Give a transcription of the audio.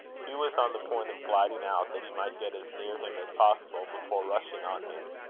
hugh was on the point of gliding out, that he might get as near him as possible before rushing on him,